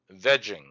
vegging